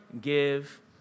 give